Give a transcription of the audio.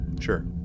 sure